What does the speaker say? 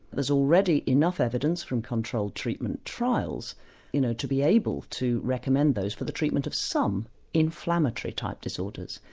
there's already enough evidence from controlled treatment trials you know to be able to recommend those for the treatment of some inflammatory type disorders,